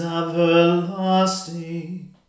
everlasting